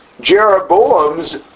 Jeroboam's